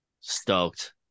Stoked